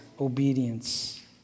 obedience